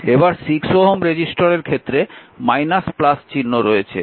এবার 6 Ω রেজিস্টরের ক্ষেত্রে চিহ্ন রয়েছে